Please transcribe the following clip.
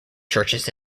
churches